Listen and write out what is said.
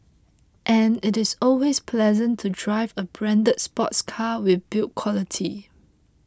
and it is always pleasant to drive a branded sports car with build quality